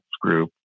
group